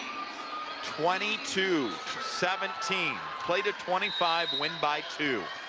twenty two seventeen, play to twenty five, win by two